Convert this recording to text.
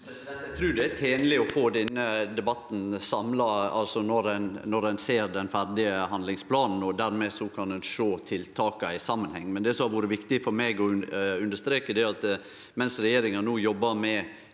Eg trur det er ten- leg å få denne debatten samla, altså når ein ser den ferdige handlingsplanen og dermed kan sjå tiltaka i samanheng. Det som har vore viktig for meg å understreke, er at mens regjeringa no jobbar med